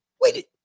Wait